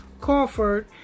Crawford